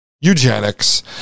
eugenics